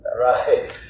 Right